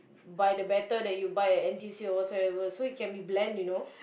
by the batter that you buy at n_t_u_c or whatsoever so you it can be bland you know